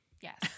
Yes